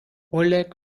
oleg